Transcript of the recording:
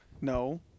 no